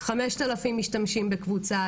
5,000 משתמשים בקבוצה,